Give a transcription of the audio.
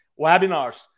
webinars